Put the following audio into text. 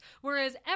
Whereas